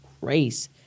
grace